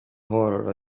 horror